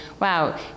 wow